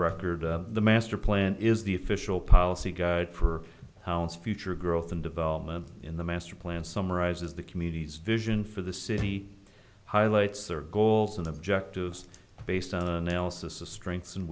record the master plan is the official policy guide per how its future growth and development in the master plan summarizes the community's vision for the city highlights their goals and objectives based on analysis of strengths and